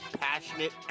passionate